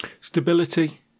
Stability